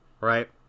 right